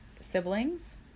siblings